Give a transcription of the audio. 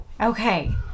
okay